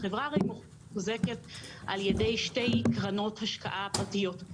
החברה הרי מוחזקת על ידי שתי קרנות השקעה פרטיות,